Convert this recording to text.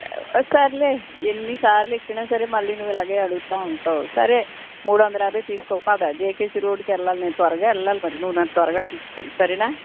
సరేలే ఎన్ని సార్లు ఎక్కినా సరే మళ్ళీ నువ్వు ఇలాగే అడుగుతూ ఉంటావు సరే మూడు వందల యాభై తీసుకో పద జెకేసి రోడ్కి వెళ్ళాలి నేను త్వరగా వెళ్ళాలి మరీ నువు నన్ను త్వరగా తీసుకెళ్ళు సరేనా